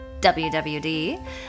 WWD